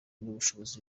n’ubushobozi